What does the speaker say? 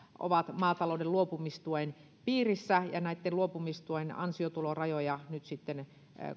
ovat maatalouden luopumistuen piirissä ja luopumistuen ansiotulorajoja nyt sitten